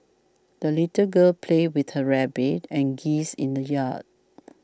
the little girl played with her rabbit and geese in the yard